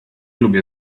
lubię